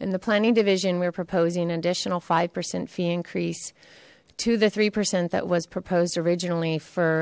and the planning division we're proposing an additional five percent fee increase to the three percent that was proposed originally for